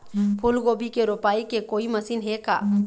फूलगोभी के रोपाई के कोई मशीन हे का?